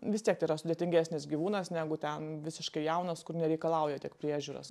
vis tiek tai yra sudėtingesnis gyvūnas negu ten visiškai jaunas kur nereikalauja tiek priežiūros